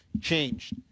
changed